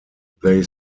they